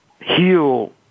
heal